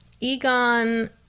Egon